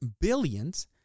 billions